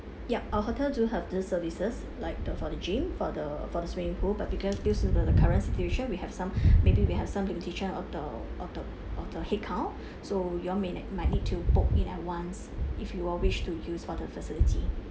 yup our hotel do have these services like the for the gym for the for the swimming pool but because due to the the current situation we have some maybe we have some limitation of the of the of the headcount so you all may ne~ might need to book in advance if you all wish to use for the facility